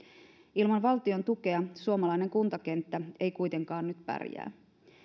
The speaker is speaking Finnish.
ilman valtion tukea suomalainen kuntakenttä ei kuitenkaan nyt pärjää